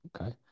Okay